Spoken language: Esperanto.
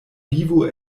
vivo